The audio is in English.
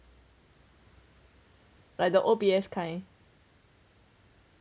like the O_B_S kind